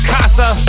Casa